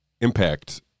impact